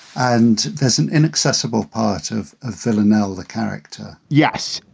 and there's an inaccessible part of ah villanelle of the character yes,